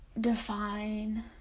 define